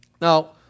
Now